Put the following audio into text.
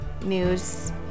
News